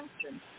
question